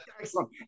Excellent